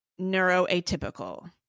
neuroatypical